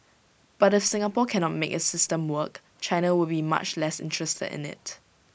but if Singapore cannot make its system work China will be much less interested in IT